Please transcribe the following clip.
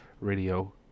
radio